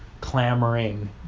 clamoring